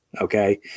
okay